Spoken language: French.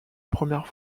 première